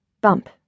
bump